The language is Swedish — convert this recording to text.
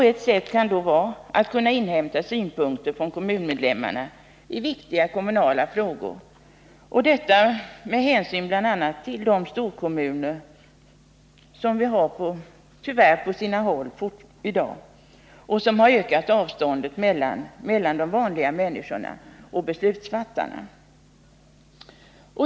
Ett sätt kan då vara att man inhämtar synpunkter från kommunmedlemmarna i viktiga kommunala frågor — detta med hänsyn bl.a. till de storkommuner vi tyvärr har på vissa håll i dag och som har ökat avståndet mellan de vanliga människorna och beslutsfattarna.